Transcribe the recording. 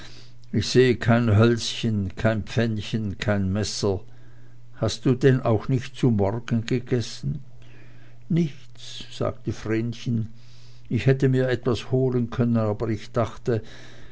ich sehe kein hölzchen kein pfännchen kein messer hast du denn auch nicht zu morgen gegessen nichts sagte vrenchen ich hätte mir etwas holen können aber ich dachte